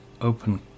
open